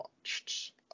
watched